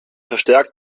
verstärkt